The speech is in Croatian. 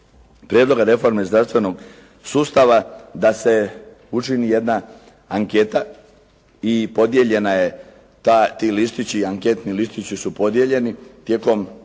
prijedloga reforme zdravstvenog sustava da se učini jedna anketa i podijeljena je, ti listići, anketni listići su podijeljeni tijekom